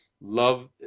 love